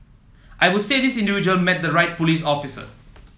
I would say this individual met the right police officer